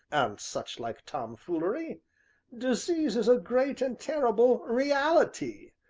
and such-like tomfoolery disease is a great and terrible reality,